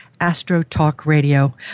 AstroTalkRadio